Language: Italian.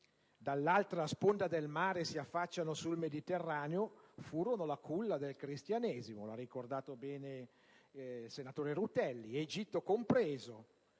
dall'altra sponda del mare, si affacciano sul Mediterraneo furono la culla del Cristianesimo (lo ha ricordato bene il senatore Rutelli), Egitto compreso.